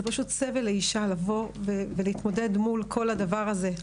זה פשוט סבל לאשה לבוא ולהתמודד עם כל הדבר הזה.